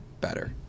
better